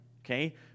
Okay